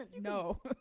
No